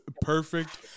perfect